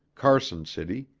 carson city,